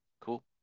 Cool